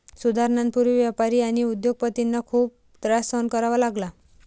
सुधारणांपूर्वी व्यापारी आणि उद्योग पतींना खूप त्रास सहन करावा लागला